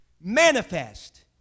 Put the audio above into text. Manifest